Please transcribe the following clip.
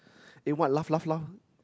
eh what laugh laugh laugh